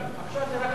עכשיו זה רק המחיר.